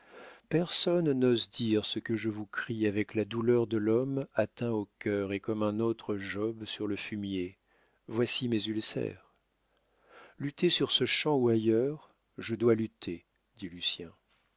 personne n'ose dire ce que je vous crie avec la douleur de l'homme atteint au cœur et comme un autre job sur le fumier voici mes ulcères lutter sur ce champ ou ailleurs je dois lutter dit lucien